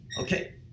Okay